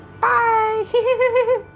Bye